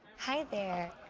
hi, there.